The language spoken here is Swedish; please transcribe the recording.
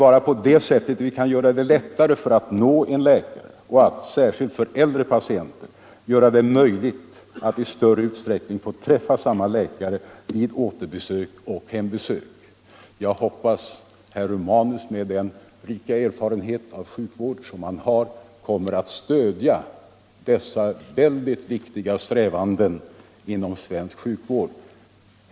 Bara på det sättet kan man göra det lättare för människorna att nå en läkare och siärskilt för äldre patienter göra det möjligt att i större utsträckning träffa samma läkare vid återbesök och hembesök. Jag hoppas att herr Romanus, med den rika erfarenhet av sjukvård som han har, kommer alt stödja dessa väldigt viktiga strävanden inom svensk sjukvård.